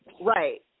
Right